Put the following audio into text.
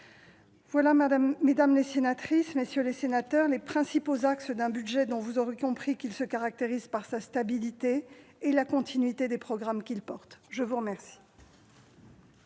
sont, mesdames les sénatrices, messieurs les sénateurs, les principaux axes d'un budget dont vous aurez compris qu'il se caractérise par sa stabilité et la continuité des programmes qu'il soutient. Nous allons